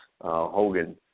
Hogan